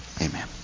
Amen